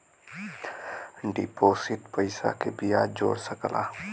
deposit पइसा के बियाज जोड़ सकला